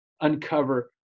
uncover